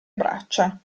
braccia